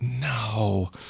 no